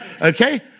Okay